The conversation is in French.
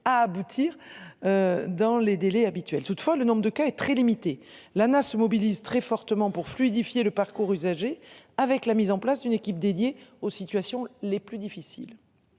à aboutir. Dans les délais habituels. Toutefois, le nombre de cas est très limité l'se mobilise très fortement pour fluidifier le parcours usagers avec la mise en place d'une équipe dédiée aux situations les plus difficiles.